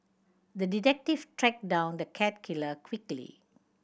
the detective tracked down the cat killer quickly